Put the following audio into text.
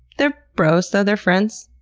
they're bros though? they're friends?